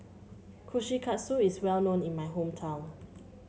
kushikatsu is well known in my hometown